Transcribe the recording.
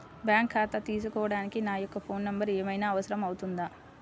Bank ఖాతా తీసుకోవడానికి నా యొక్క ఫోన్ నెంబర్ ఏమైనా అవసరం అవుతుందా?